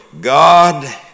God